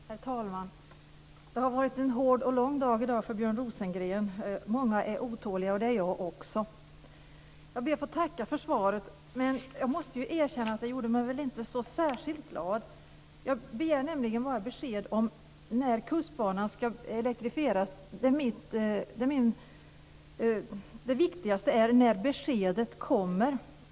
Herr talman! Det har varit en hård och lång dag för Björn Rosengren. Många är otåliga, och det är jag också. Jag ber att få tacka för svaret, men jag måste erkänna att det inte gjorde mig särskilt glad. Jag begär nämligen bara besked om när Kustbanan skall elektrifieras. Det viktigaste är när beskedet kommer.